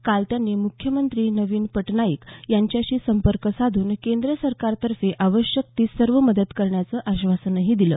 काल त्यांनी मुख्यमंत्री नवीन पटनाईक यांच्याशी संपर्क साधून केंद्र सरकारतर्फे आवश्यक ती सर्व मदत करण्याचं आश्वासनही दिलं